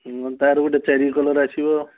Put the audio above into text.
ତା'ର ଗୋଟେ ଚାରି କଲର ଆସିବ